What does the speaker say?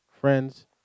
Friends